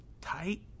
tight